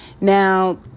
Now